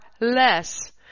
less